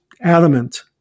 adamant